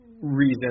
Reason